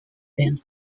been